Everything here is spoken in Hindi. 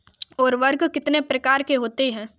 उर्वरक कितने प्रकार के होते हैं?